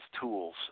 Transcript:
tools